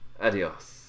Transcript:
Adios